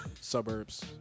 Suburbs